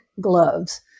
gloves